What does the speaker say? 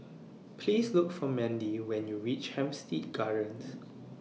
Please Look For Mandie when YOU REACH Hampstead Gardens